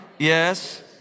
Yes